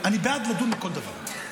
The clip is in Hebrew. אני בעד לדון בכל דבר.